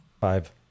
Five